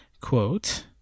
quote